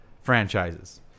franchises